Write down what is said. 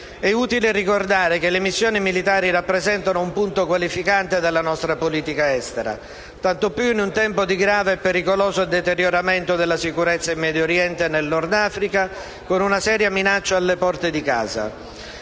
È utile ricordare che le missioni militari rappresentano un punto qualificante della nostra politica estera, tanto più in un tempo di grave e pericoloso deterioramento della sicurezza in Medio Oriente e nel Nord Africa, con una seria minaccia alle porte di casa.